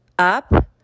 up